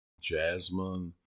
jasmine